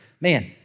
Man